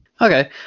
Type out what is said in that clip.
Okay